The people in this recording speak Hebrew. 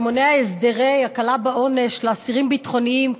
שמונע הסדרי הקלה בעונש לאסירים ביטחוניים,